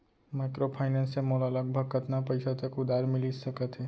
Microfinance से मोला लगभग कतना पइसा तक उधार मिलिस सकत हे?